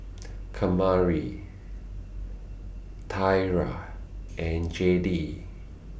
Kamari Thyra and Jayde